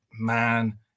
Man